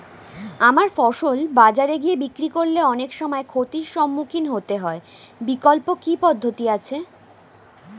আমার ফসল বাজারে গিয়ে বিক্রি করলে অনেক সময় ক্ষতির সম্মুখীন হতে হয় বিকল্প কি পদ্ধতি আছে?